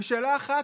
ושאלה אחת